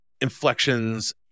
inflections